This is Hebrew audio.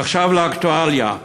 ועכשיו לאקטואליה.